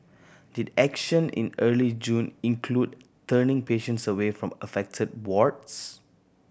did action in early June include turning patients away from affected wards